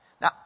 Now